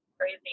Crazy